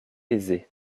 aisé